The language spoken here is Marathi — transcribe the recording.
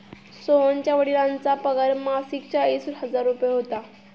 सोहनच्या वडिलांचा पगार मासिक चाळीस हजार रुपये होता